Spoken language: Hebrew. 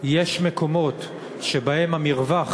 יש מקומות שבהם המרווח